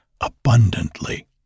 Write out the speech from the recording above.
abundantly